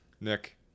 Nick